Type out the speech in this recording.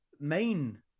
Main